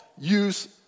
use